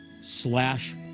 slash